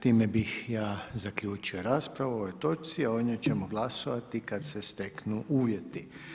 Time bih ja zaključio raspravu o ovoj točci, a o njoj ćemo glasovati kad se steknu uvjeti.